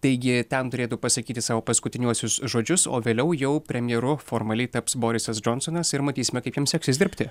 taigi ten turėtų pasakyti savo paskutiniuosius žodžius o vėliau jau premjeru formaliai taps borisas džonsonas ir matysime kaip jam seksis dirbti